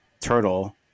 turtle